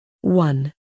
one